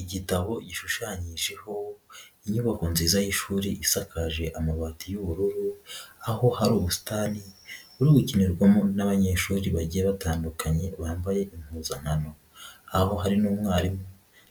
Igitabo gishushanyijeho inyubako nziza y'ishuri isakaje amabati y'ubururu aho hari ubusitani buri gukinirwamo n'abanyeshuri bagiye batandukanye bambaye impuzankano, aho hari n'umwarimu